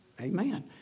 Amen